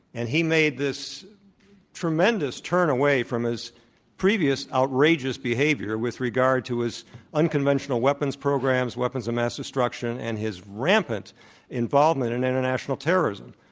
and he made this tremendous turn away from his previous outrageous behavior with regard to his unconventional weapons programs, weapons of mass destruction, and his rampant involvement in international terrorism.